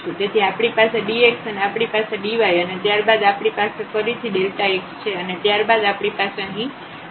તેથી આપણી પાસે dxઅને આપણી પાસે dyઅને ત્યારબાદ આપણી પાસે ફરીથી xછે અને ત્યારબાદ આપણી પાસે અહીં yછે